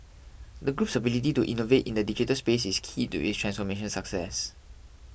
the group's ability to innovate in the digital spaces is key to its transformation success